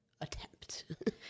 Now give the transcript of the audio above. attempt